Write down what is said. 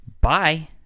Bye